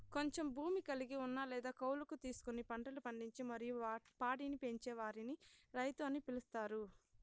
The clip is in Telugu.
కొంచెం భూమి కలిగి ఉన్న లేదా కౌలుకు తీసుకొని పంటలు పండించి మరియు పాడిని పెంచే వారిని రైతు అని పిలుత్తారు